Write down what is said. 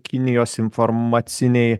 kinijos informaciniai